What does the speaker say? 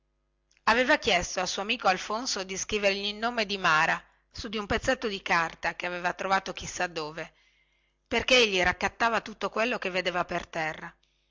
aveva chiesto al suo amico alfonso di scrivergli il nome di mara su di un pezzetto di carta che aveva trovato chi sa dove perchè egli raccattava tutto quello che vedeva per terra